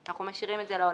אנחנו לא מעמידים אשראי.